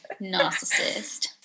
narcissist